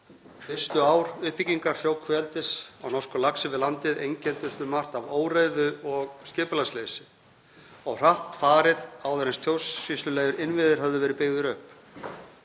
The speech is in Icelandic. Fyrstu ár uppbyggingar sjókvíaeldis á norskum laxi við landið einkenndust um margt af óreiðu og skipulagsleysi. Of hratt var farið áður en stjórnsýslulegir innviðir höfðu verið byggðir upp;